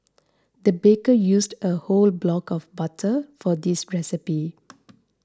the baker used a whole block of butter for this recipe